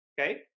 okay